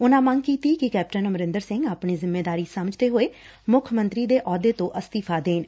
ਉਨੂਾ ਮੰਗ ਕੀਤੀ ਕੂੰ ਕੈਪਟਨ ਅਮਰਿੰਦਰ ਸਿੰਘ ਆਪਣੀ ਜਿਮੇਵਾਰੀ ਸਮਝਦੇ ਹੋਏ ਮੁੱਖ ਮੰਤਰੀ ਦੇ ਅਹੁਦੇ ਤੋ ਅਸਤੀਫਾ ਦੇਣ